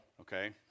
Okay